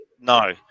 no